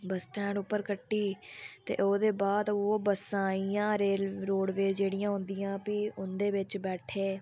बस्स stand उप्पर कट्टी ते ओह्दे बाद ओह् बस्सां आइयां रोड़वेज़ भी औंदियां भी उंदे बिच बैठे